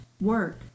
work